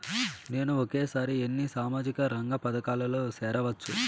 నేను ఒకేసారి ఎన్ని సామాజిక రంగ పథకాలలో సేరవచ్చు?